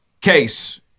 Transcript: case